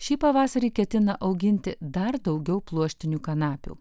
šį pavasarį ketina auginti dar daugiau pluoštinių kanapių